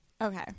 Okay